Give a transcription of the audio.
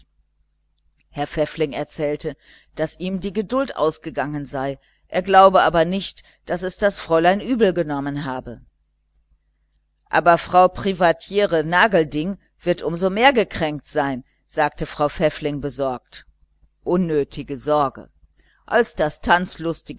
herr pfäffling erzählte daß ihm die geduld ausgegangen sei er glaube aber nicht daß es das fräulein übelgenommen habe aber frau privatiere vernagelding wird um so mehr gekränkt sein sagte frau pfäffling besorgt unnötige sorge als das tanzlustige